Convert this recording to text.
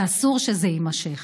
ואסור שזה יימשך.